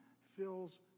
fills